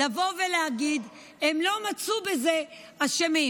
לבוא ולהגיד: הם לא מצאו בזה אשמים.